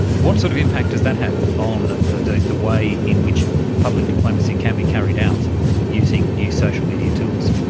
what sort of impact does that have on ah the the way in which public diplomacy can be carried out using new social media tools?